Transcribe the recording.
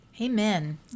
Amen